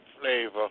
flavor